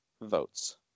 votes